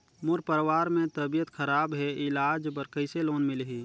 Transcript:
मोर परवार मे तबियत खराब हे इलाज बर कइसे लोन मिलही?